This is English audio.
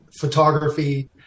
photography